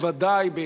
בוודאי,